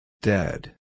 Dead